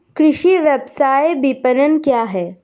कृषि व्यवसाय विपणन क्या है?